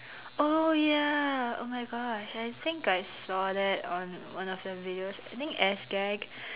oh ya oh my gosh I think I saw that on one of the videos I think Sgag